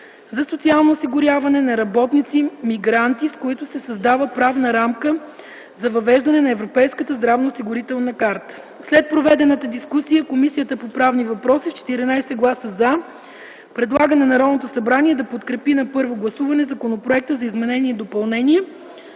за социално осигуряване на работници мигранти, с които се създава правната рамка за въвеждане на Европейската здравноосигурителна карта. След проведената дискусия Комисията по правни въпроси с 14 гласа „за” предлага на Народното събрание да подкрепи на първо гласуване Законопроект за изменение на